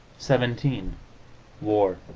xvii war